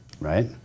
right